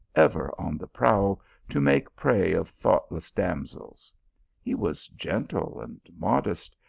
ever on the prowl to make prey of thought less damsels he was gentle and modest,